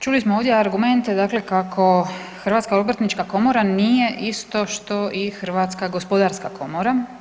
Čuli smo ovdje argumente dakle kako Hrvatska obrtnička komora nije isto što i Hrvatska gospodarska komora.